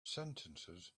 sentences